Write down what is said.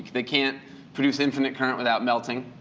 they can't produce infinite current without melting.